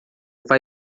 vai